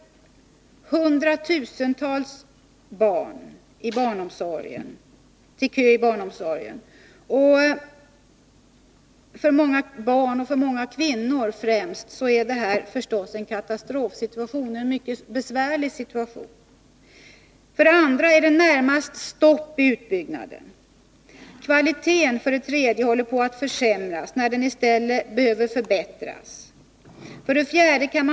Hundratusentals barn köar till barnomsorgen. För många barn och för många kvinnor, främst, är detta en katastrofsituation eller en mycket besvärlig situation. 2. Det är i det närmaste stopp i utbyggnaden. 3. Kvaliteten håller på att försämras, när den i stället behöver förbättras. 4.